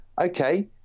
okay